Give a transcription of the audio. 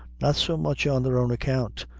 not so much on their own account,